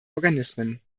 organismen